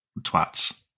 twats